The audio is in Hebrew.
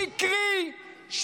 נרטיב שקרי,